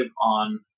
on